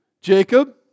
Jacob